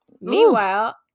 Meanwhile